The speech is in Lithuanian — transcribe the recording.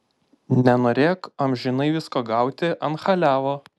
nenorėk amžinai visko gauti ant chaliavo